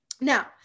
Now